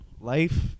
life